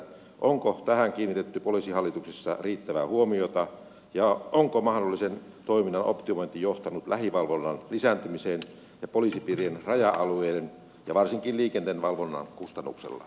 onko tähän kiinnitetty poliisihallituksessa riittävää huomiota ja onko mahdollisen toiminnan optimointi johtanut lähivalvonnan lisääntymiseen poliisipiirien raja alueiden ja varsinkin liikenteen valvonnan kustannuksella